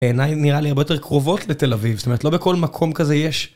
העיניים נראה לי הרבה יותר קרובות לתל אביב, זאת אומרת לא בכל מקום כזה יש.